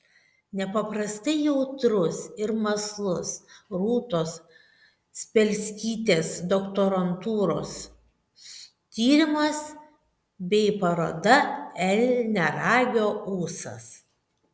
nepaprastai jautrus ir mąslus rūtos spelskytės doktorantūros tyrimas bei paroda elniaragio ūsas